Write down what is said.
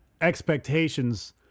expectations